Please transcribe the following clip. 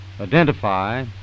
identify